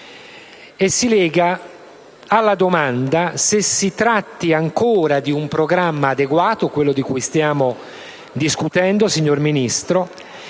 e si lega alla domanda se si tratti ancora di un programma adeguato - quello di cui stiamo discutendo, signor Ministro